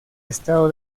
estado